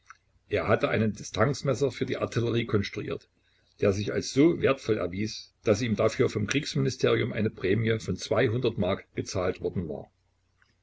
er hatte einen distanzmesser für die artillerie konstruiert der sich als so wertvoll erwies daß ihm dafür vom kriegsministerium eine prämie von mark gezahlt worden war